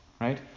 right